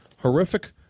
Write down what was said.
Horrific